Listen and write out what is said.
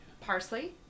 parsley